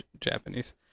Japanese